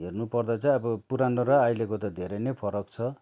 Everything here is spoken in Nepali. हेर्नुपर्दा चाहिँ अब पुरानो र अहिलेको त धेरै नै फरक छ